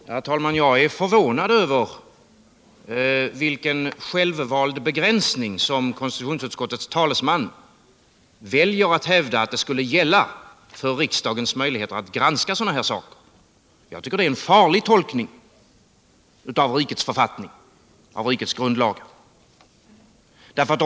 Herr talman! Jag är förvånad över vilken självvald begränsning som konstitutionsutskottets talesman väljer att hävda skulle gälla för utskottets möjligheter att granska sådana här saker. Jag tycker att det är en märklig tolkning av rikets grundlag och andra författningar.